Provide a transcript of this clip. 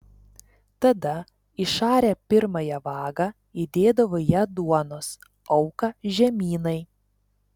tada išarę pirmąją vagą įdėdavo į ją duonos auką žemynai